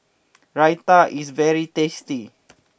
Raita is very tasty